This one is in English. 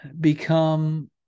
become